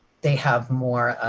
they have more